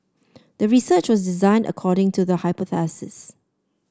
the research was designed according to the hypothesis